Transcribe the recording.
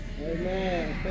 Amen